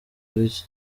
b’iki